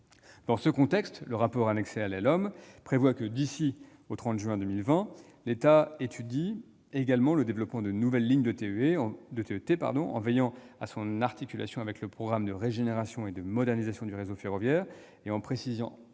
Dans ce contexte, le rapport annexé à la LOM prévoit que, « d'ici au 30 juin 2020, l'État étudie également le développement de nouvelles lignes de TET, en veillant à son articulation avec le programme de régénération et de modernisation du réseau ferroviaire et en précisant,